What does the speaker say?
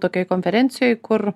tokioj konferencijoj kur